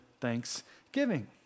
thanksgiving